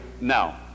now